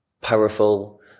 powerful